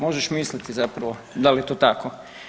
Možeš misliti zapravo da li je to tako.